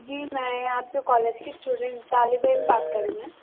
جی میں آپ کے کالج کی اسٹوڈنٹ طالب علم بات کر رہی ہوں میں